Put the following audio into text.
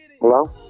Hello